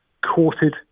courted